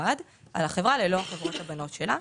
נפרד על החברה, ללא החברות הבנות שלה.